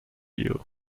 you